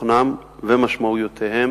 תוכנם ומשמעויותיהם